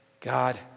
God